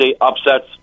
upsets